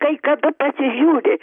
kai kada pasižiūri